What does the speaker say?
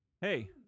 Hey